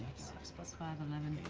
six plus five. eleven.